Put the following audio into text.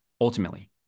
ultimately